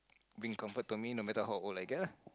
bring comfort to me no matter how old I get lah